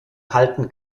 halten